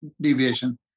deviation